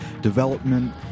development